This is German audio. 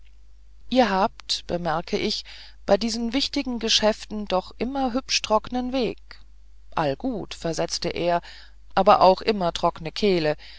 ihr habt bemerkte ich bei diesen wichtigen geschäften doch immer hübsch trockenen weg all gut versetzte er aber auch immer trockene kehle